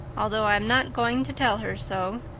although i'm not going to tell her so.